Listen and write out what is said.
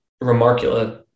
remarkable